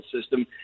system